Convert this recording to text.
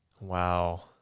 Wow